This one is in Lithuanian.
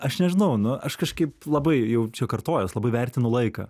aš nežinau nu aš kažkaip labai jaučiu kartojuos labai vertinu laiką